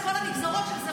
על כל הנגזרות של זה,